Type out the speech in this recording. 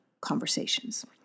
Conversations